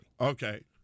Okay